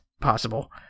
possible